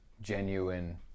genuine